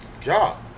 job